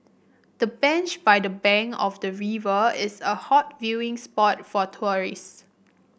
the bench by the bank of the river is a hot viewing spot for tourist